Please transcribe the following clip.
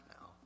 now